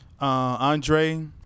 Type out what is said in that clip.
Andre